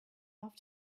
off